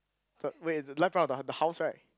the wait left part of the the house right